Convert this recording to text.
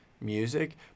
music